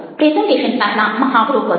presentation પહેલાં મહાવરો કરો